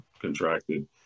contracted